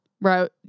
Right